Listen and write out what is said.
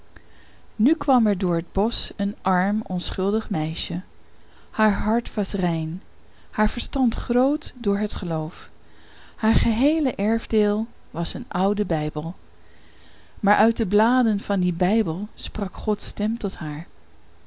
nu kwam er door het bosch een arm onschuldig meisje haar hart was rein haar verstand groot door het geloof haar geheele erfdeel was een oude bijbel maar uit de bladen van dien bijbel sprak gods stem tot haar